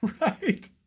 Right